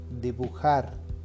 Dibujar